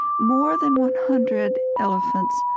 more than one hundred elephants,